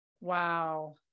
Wow